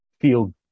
feel